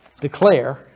declare